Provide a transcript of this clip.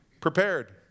prepared